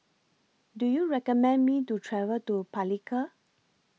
Do YOU recommend Me to travel to Palikir